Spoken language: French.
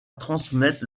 transmettre